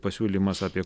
pasiūlymas apie